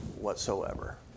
whatsoever